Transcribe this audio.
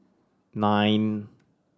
nine